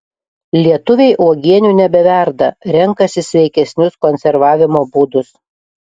lietuviai uogienių nebeverda renkasi sveikesnius konservavimo būdus